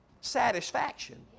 satisfaction